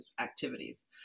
activities